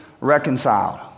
reconciled